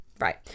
Right